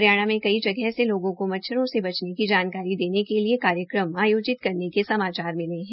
हरियाणा में कई जगह से लोगों को मच्छरों की जानकारी देने के लिए कार्यक्रम आयोजित करने के समाचार मिले है